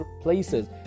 places